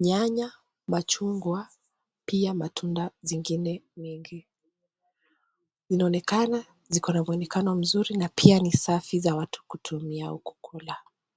nyanya, machungwa pia matunda zingine nyingi. Inaonekana zikona mwonekano mzuri na pia ni safi za watu kutumia kukula.